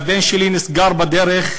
והבן שלי נסגר בדרך,